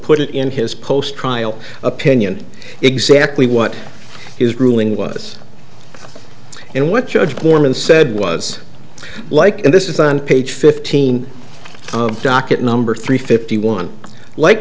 put it in his post trial opinion exactly what his ruling was and what judge foreman said was like and this is on page fifteen docket number three fifty one like